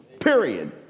period